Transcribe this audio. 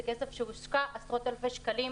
זה כסף שהושקע, זה עשרות אלפי שקלים.